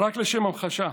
רק לשם המחשה,